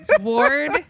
Ward